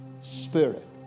spirit